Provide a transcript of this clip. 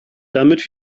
damit